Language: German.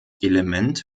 element